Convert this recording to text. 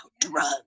drugs